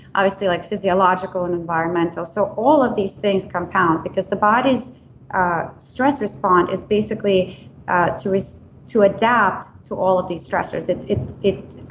obviously, like physiological and environmental, so all of these things compound because the body's ah stress response is basically to is to adapt to all of these stressors. it it